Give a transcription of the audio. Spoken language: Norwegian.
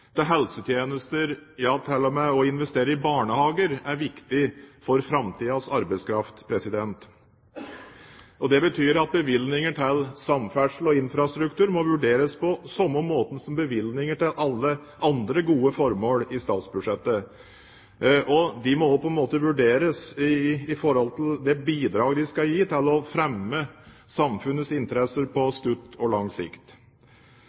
i barnehager er viktig for framtidens arbeidskraft. Det betyr at bevilgninger til samferdsel og infrastruktur må vurderes på samme måte som bevilgninger til alle andre gode formål på statsbudsjettet. De må også vurderes på grunnlag av deres bidrag til å fremme samfunnets interesser på stutt og lang sikt.